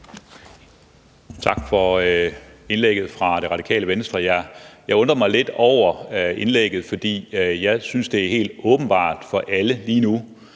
Tak for indlægget fra Det Radikale Venstre. Jeg undrer mig lidt over indlægget. For jeg synes dog, det må være helt åbenbart for alle, at